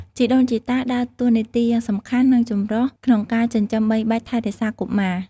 ជីដូនជីតាដើរតួនាទីយ៉ាងសំខាន់ និងចម្រុះក្នុងការចិញ្ចឹមបីបាច់ថែរក្សាកុមារ។